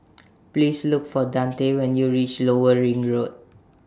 Please Look For Dante when YOU REACH Lower Ring Road